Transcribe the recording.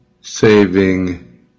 saving